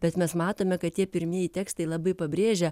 bet mes matome kad tie pirmieji tekstai labai pabrėžia